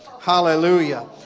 Hallelujah